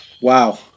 Wow